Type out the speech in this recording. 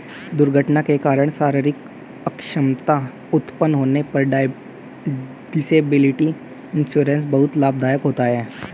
दुर्घटना के कारण शारीरिक अक्षमता उत्पन्न होने पर डिसेबिलिटी इंश्योरेंस बहुत लाभदायक होता है